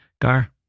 Gar